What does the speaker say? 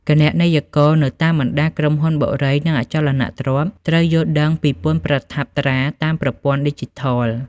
គណនេយ្យករនៅតាមបណ្តាក្រុមហ៊ុនបុរី និងអចលនទ្រព្យ ត្រូវយល់ដឹងពីពន្ធប្រថាប់ត្រាតាមប្រព័ន្ធឌីជីថល។